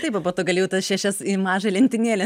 taip o po to gali jau tas šešias į mažą lentynėlę